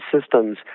systems